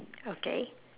okay